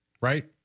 Right